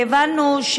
והבנו,